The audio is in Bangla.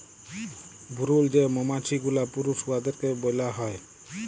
ভুরুল যে মমাছি গুলা পুরুষ উয়াদেরকে ব্যলা হ্যয়